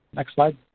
next slide.